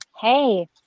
Hey